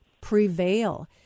Prevail